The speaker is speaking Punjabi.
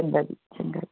ਚੰਗਾ ਜੀ ਚੰਗਾ